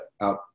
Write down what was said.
out